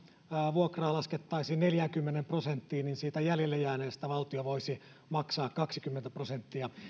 vuokraa laskettaisiin neljäänkymmeneen prosenttiin niin siitä jäljelle jääneestä valtio voisi maksaa kaksikymmentä prosenttia